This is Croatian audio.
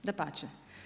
Dapače.